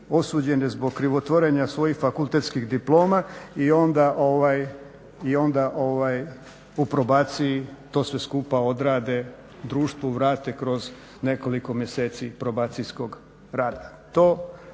osuđene zbog krivotvorenja svojih fakultetskih diploma i onda u probaciji to sve skupa odrade, društvu vrate kroz nekoliko mjeseci probacijskog rada.